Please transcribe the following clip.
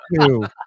two